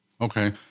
Okay